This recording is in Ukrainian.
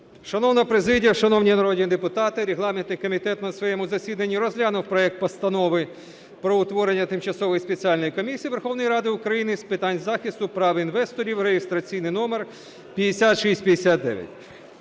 Шановна президія, шановні народні депутати! Регламентний комітет на своєму засіданні розглянув проект Постанови про утворення Тимчасової спеціальної комісії Верховної Ради України з питань захисту прав інвесторів (реєстраційний номер 5659).